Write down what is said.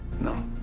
No